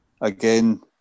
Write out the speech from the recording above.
again